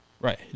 Right